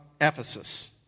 Ephesus